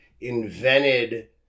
invented